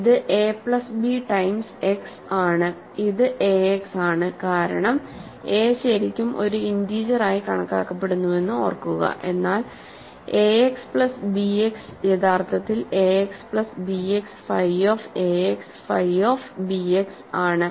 ഇത് A plus B times x ആണ് ഇത് ax ആണ് കാരണം എ ശരിക്കും ഒരു ഇന്റീജർ ആയി കണക്കാക്കപ്പെടുന്നുവെന്ന് ഓർക്കുക എന്നാൽ ax പ്ലസ് ബിഎക്സ് യഥാർത്ഥത്തിൽ ax plus bx phi of ax phi of bx ആണ്